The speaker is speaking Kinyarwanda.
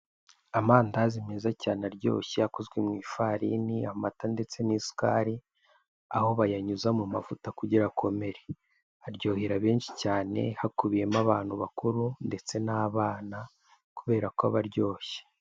Amandazi meza cyane aryoshye akozwe mu ifarini, amata ndetse n'isukari; aho bayanyuza mu mavuta kugira akomere. Aryohera benshi cyane hakubiyemo abantu bakuru ndetse n'abana, kubera ko aba aryoshye.